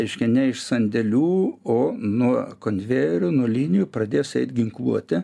reiškia ne iš sandėlių o nuo konvejerių nuo linijų pradės eit ginkluotė